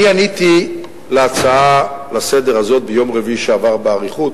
אני עניתי על ההצעה לסדר-היום הזאת ביום רביעי שעבר באריכות,